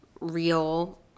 real